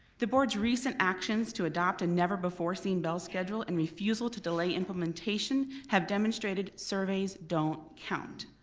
the board's recent actions to adopt a never-before-seen bell schedule and refusal to delay implementation have demonstrated surveys don't count.